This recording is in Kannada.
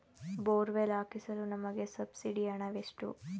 ಬೋರ್ವೆಲ್ ಹಾಕಿಸಲು ನಮಗೆ ಸಬ್ಸಿಡಿಯ ಹಣವೆಷ್ಟು?